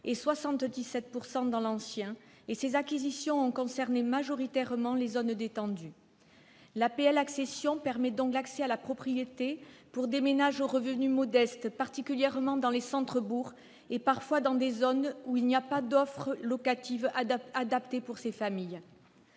et 77 % dans l'ancien, et ces acquisitions ont concerné majoritairement les zones détendues. L'APL-accession permet donc l'accès à la propriété de ménages aux revenus modestes, particulièrement dans les centres-bourgs et parfois dans des zones où il n'y a pas d'offre locative adaptée pour ces familles.